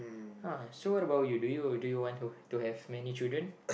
uh so what about you do you do you want to to have many children